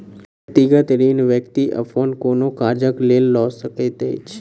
व्यक्तिगत ऋण व्यक्ति अपन कोनो काजक लेल लऽ सकैत अछि